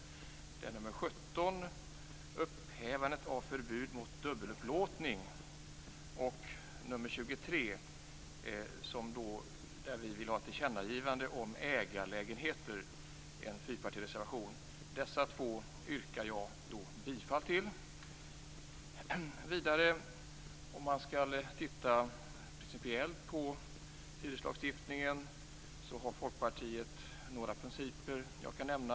Det är nr 17 om upphävandet av förbud mot dubbelupplåtelse och nr 23, en fyrpartireservation där vi vill ha ett tillkännagivande om ägarlägenheter. Jag yrkar bifall till dessa två. Om man skall titta principiellt på hyreslagstiftningen har Folkpartiet några principer jag kan nämna.